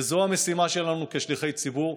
וזו המשימה שלנו כשליחי ציבור,